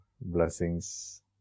blessings